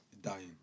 Dying